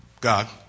God